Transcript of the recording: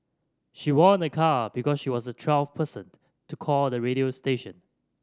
she won a car because she was the twelfth person to call the radio station